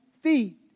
feet